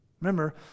Remember